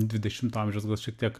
dvidešimto amžiaus gal šiek tiek